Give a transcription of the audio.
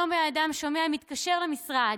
היום אדם שומע מתקשר למשרד,